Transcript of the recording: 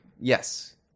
yes